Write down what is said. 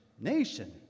nation